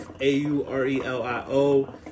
A-U-R-E-L-I-O